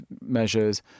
measures